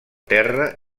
terra